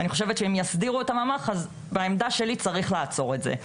אני חושבת שאם יסדירו את הממ"ח אז בעמדה שלי צריך לעצור את זה.